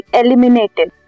eliminated